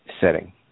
setting